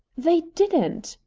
they didn't!